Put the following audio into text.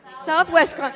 Southwest